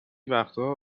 وقتها